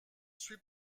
suis